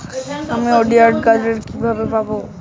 আমি credit card কিভাবে পাবো?